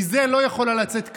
מזה לא יכולה לצאת כרית,